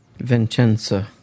Vincenzo